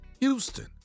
houston